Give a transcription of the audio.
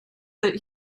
that